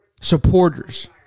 supporters